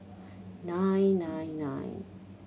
nine nine nine